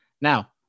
Now